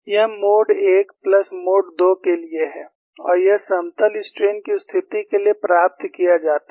यह mode 1 plus mode 2 के लिए है और यह समतल स्ट्रेन की स्थिति के लिए प्राप्त किया जाता है